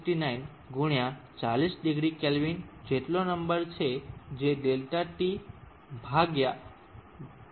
69 ગુણ્યા 40 ° K જેટલો નંબર છે જે ∆T ભાગ્યા છે જે 0